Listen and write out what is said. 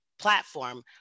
platform